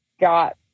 got